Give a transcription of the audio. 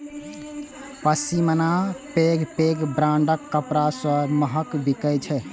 पश्मीना पैघ पैघ ब्रांडक कपड़ा सं महग बिकै छै